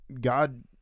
god